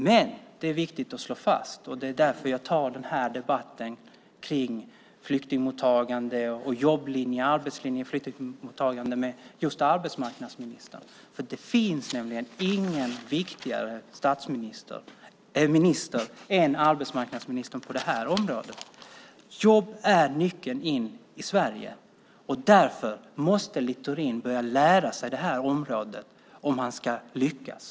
Men det är viktigt att slå fast, och det är därför jag tar den här debatten om flyktingmottagande och jobblinjen med just arbetsmarknadsministern, att det finns ingen viktigare minister än arbetsmarknadsministern på det här området. Jobb är nyckeln in i Sverige, och Littorin måste börja lära sig det här området om han ska lyckas.